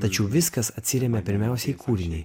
tačiau viskas atsiremia pirmiausiai į kūrinį